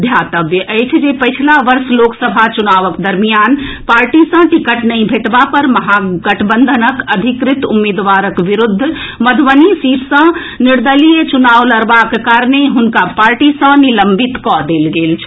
ध्यातव्य अछि जे पछिला वर्ष लोकसभा चुनावक दरमियान पार्टी सॅ टिकट नहि भेटबा पर महागठबंधनक अधिकृत उम्मीदवारक विरूद्व मधुबनी सीट सॅ निर्दलीय चुनाव लड़बाक कारणे हुनका पार्टी सॅ निलंबित कऽ देल गेल छल